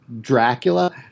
Dracula